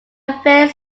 affair